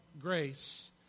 grace